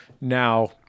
now